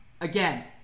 Again